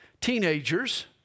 Teenagers